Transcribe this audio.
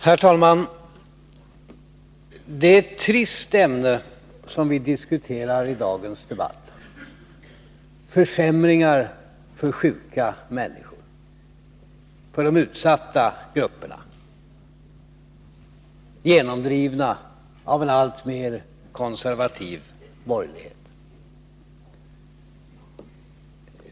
Herr talman! Det är ett trist ämne som vi diskuterar i dagens debatt: försämringar för sjuka människor, för de utsatta grupperna, försämringar som är genomdrivna av en alltmer konservativ borgerlig regering.